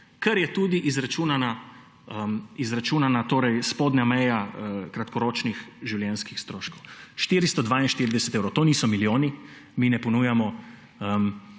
kar je tudi izračunana spodnja meja kratkoročnih življenjskih stroškov. 442 evrov, to niso milijoni, mi ne ponujamo